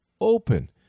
open